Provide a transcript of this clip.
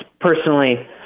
personally